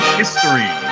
history